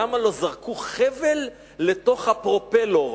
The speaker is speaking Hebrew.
למה לא זרקו חבל לתוך הפרופלור.